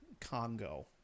Congo